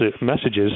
messages